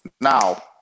now